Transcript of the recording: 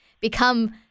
become